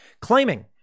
claiming